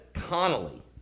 Connolly